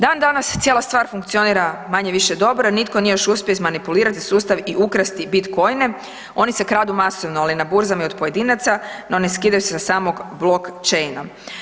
Dan danas cijela stvar funkcionira manje-više dobro, nitko nije još uspio izmanipulirati sustav i ukrasti Bitcoine, oni se kradu masovno, ali na burzama i od pojedinaca, no ne skidaju se sa samog „blockchaina“